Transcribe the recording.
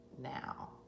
now